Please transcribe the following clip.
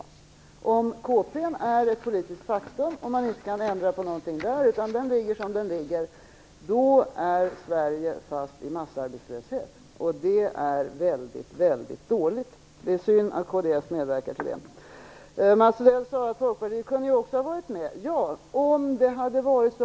Om kompletteringspropostitionen är ett politiskt faktum och man inte kan ändra något i den - då är Sverige fast i massarbetslöshet, och det är mycket, mycket dåligt. Det är synd att kds medverkar till det. Mats Odell sade att Folkpartiet också hade kunnat vara med.